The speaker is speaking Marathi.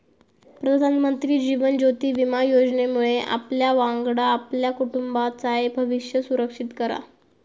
प्रधानमंत्री जीवन ज्योति विमा योजनेमुळे आपल्यावांगडा आपल्या कुटुंबाचाय भविष्य सुरक्षित करा